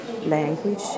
language